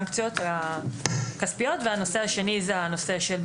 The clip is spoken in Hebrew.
והנושא השני זה הנושא של בעצם התשומות של הבדיקה.